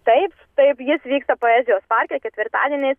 taip taip jis vyksta poezijos parke ketvirtadieniais